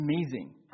amazing